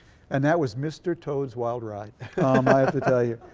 and that was mr. toad's wild ride i have to tell you.